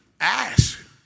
ask